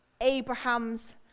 Abraham's